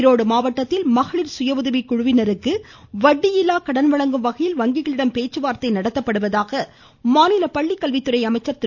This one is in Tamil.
ஈரோடு மாவட்டடத்தில் மகளிர் சுய உதவிக்குழுவினருக்கு வட்டியில்லா கடன் வகையில் வங்கிகளிடம் பேச்சுவார்தை நடத்தப்படுவதாக வழங்கும் மாநில பள்ளிக்கல்வித்துறை அமைச்சர் திரு